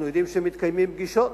אנחנו יודעים שמתקיימות פגישות,